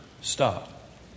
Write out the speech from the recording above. stop